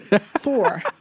four